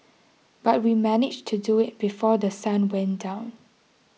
but we managed to do it before The Sun went down